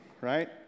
right